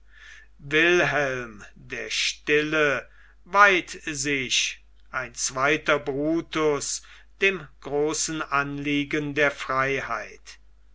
wilhelm der stille weiht sich ein zweiter brutus dem großen anliegen der freiheit